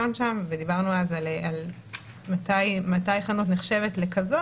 נוסח האמור, ודיברנו אז על מתי חנות נחשבת לכזאת.